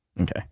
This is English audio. Okay